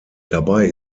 dabei